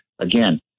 Again